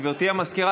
גברתי המזכירה,